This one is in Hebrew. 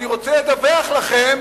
אני רוצה לדווח לכם,